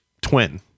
twin